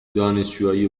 دانشجوهای